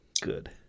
Good